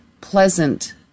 pleasant